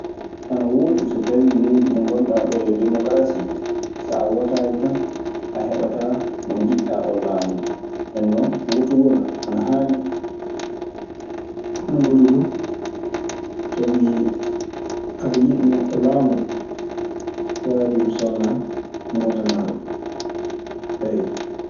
Ana wooɗi. So tawii leydi ɗo ngonɗaa ɗoo yo demokarasi, so a wotaayi tan a heɓataa mo njiɗɗaa oo laamoo. Nden non wotugol ana haani. Ɗun ɓuri du. Sabii aɗe yiɗi neɗɗo laamoo, waajibi so wanaa ngotanaa ɗun. Eey.